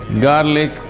Garlic